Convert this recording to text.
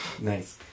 Nice